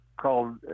called